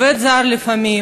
לפעמים